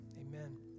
amen